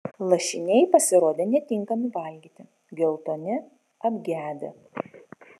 lašiniai pasirodė netinkami valgyti geltoni apgedę